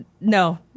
No